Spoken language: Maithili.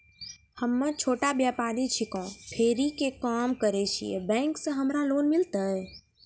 हम्मे छोटा व्यपारी छिकौं, फेरी के काम करे छियै, बैंक से हमरा लोन मिलतै?